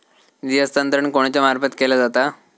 निधी हस्तांतरण कोणाच्या मार्फत केला जाता?